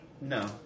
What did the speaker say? No